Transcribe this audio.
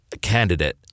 candidate